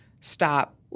stop